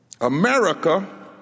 America